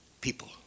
People